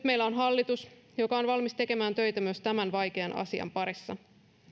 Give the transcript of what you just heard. meillä on hallitus joka on valmis tekemään töitä myös tämän vaikean asian parissa